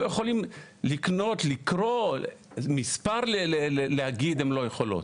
לא יכולים לקנות, לקרוא, להגיד מספר הן לא יכולות.